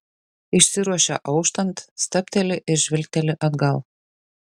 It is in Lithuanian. išsiruošia auštant stabteli ir žvilgteli atgal